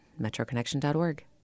metroconnection.org